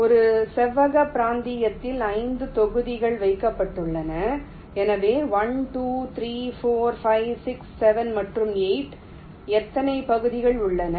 ஒரு செவ்வக பிராந்தியத்தில் 5 தொகுதிகள் வைக்கப்பட்டுள்ளன எனவே 1 2 3 4 5 6 7 மற்றும் 8 எத்தனை பகுதிகள் உள்ளன